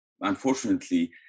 unfortunately